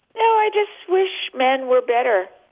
oh, i just wish men were better